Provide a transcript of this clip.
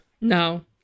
No